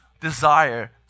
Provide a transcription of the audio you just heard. desire